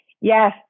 Yes